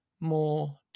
more